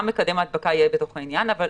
גם מקדם ההדבקה יהיה בתוך העניין, אבל